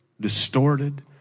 distorted